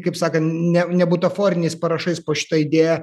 kaip sakant ne ne butaforiniais parašais po šita idėja